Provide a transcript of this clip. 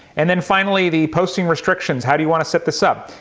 and then finally, the posting restrictions. how do you want to set this up?